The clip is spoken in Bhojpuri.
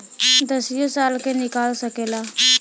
दसियो साल के निकाल सकेला